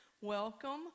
welcome